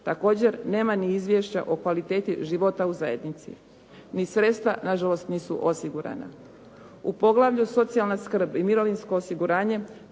također nema ni izvješća o kvaliteti života u zajednici, ni sredstva nažalost nisu osigurana. U poglavlju "Socijalna skrb" i mirovinsko osiguranje,